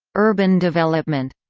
urban development